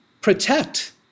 protect